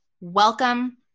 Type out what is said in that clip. Welcome